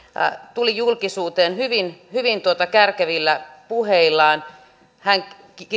tuli julkisuuteen hyvin hyvin kärkevillä puheillaan hän